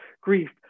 grief